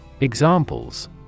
Examples